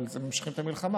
אבל הם ממשיכים את המלחמה.